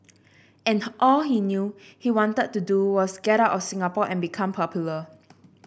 and all he knew he wanted to do was get out of Singapore and become popular